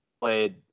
played